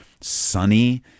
Sunny